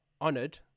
honored